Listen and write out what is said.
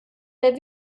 der